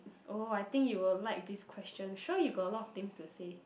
oh I think you will like this question sure you got a lot of things to say